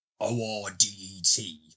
O-R-D-E-T